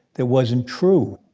that wasn't true.